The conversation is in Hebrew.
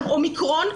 ה-אומיקרון,